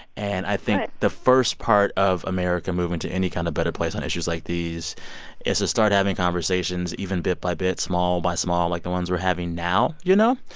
and i think the first part of america moving to any kind of better place on issues like these is to start having conversations, even bit by bit, small by small, like the ones we're having now, you know.